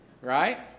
right